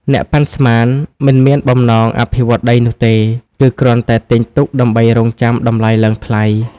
អ្នកប៉ាន់ស្មាន មិនមានបំណងអភិវឌ្ឍដីនោះទេ គឺគ្រាន់តែទិញទុកដើម្បីរង់ចាំតម្លៃឡើងថ្លៃ។